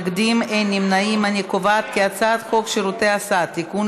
להעביר לוועדה את הצעת חוק שירותי הסעד (תיקון,